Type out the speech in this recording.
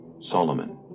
Solomon